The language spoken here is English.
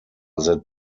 that